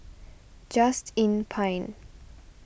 Just Inn Pine